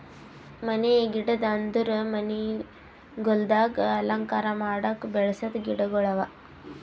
ಮನೆಯ ಗಿಡ ಅಂದುರ್ ಮನಿಗೊಳ್ದಾಗ್ ಅಲಂಕಾರ ಮಾಡುಕ್ ಬೆಳಸ ಗಿಡಗೊಳ್ ಅವಾ